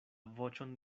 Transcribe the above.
voĉon